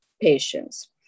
patients